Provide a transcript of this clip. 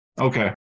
Okay